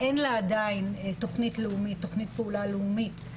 אין לה עדיין תוכנית פעולה לאומית,